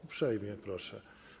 Uprzejmie proszę.